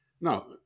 Now